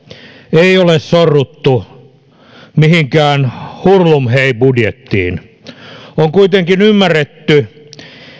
ei ole sorruttu mihinkään hurlumhei budjettiin on kuitenkin ymmärretty